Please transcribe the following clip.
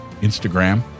Instagram